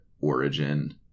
origin